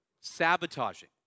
sabotaging